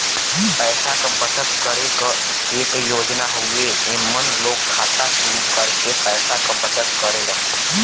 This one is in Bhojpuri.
पैसा क बचत करे क एक योजना हउवे एमन लोग खाता शुरू करके पैसा क बचत करेलन